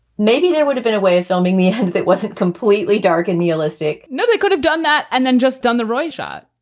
maybe there would have been a way of filming the end that wasn't completely dark and realistic no, they could have done that. and then just done the right shot.